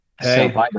Hey